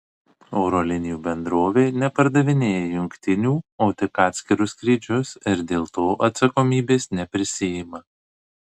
oro linijų bendrovė nepardavinėja jungtinių o tik atskirus skrydžius ir dėl to atsakomybės neprisiima